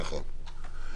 נכון.